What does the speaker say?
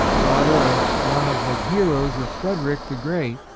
daughter of one of the heroes of frederick, the great,